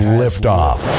liftoff